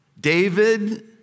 David